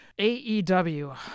AEW